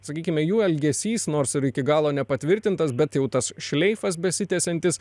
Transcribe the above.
sakykime jų elgesys nors ir iki galo nepatvirtintas bet jau tas šleifas besitęsiantis